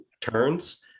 turns